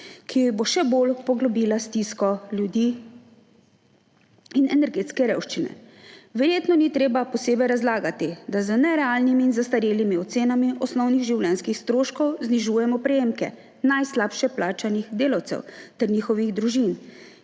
ki bo še bolj poglobila stisko ljudi in energetsko revščino. Verjetno ni treba posebej razlagati, da z nerealnimi in zastarelimi ocenami osnovnih življenjskih stroškov znižujemo prejemke najslabše plačanih delavcev ter njihovih družin,